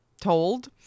told